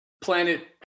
planet